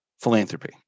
philanthropy